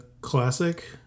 classic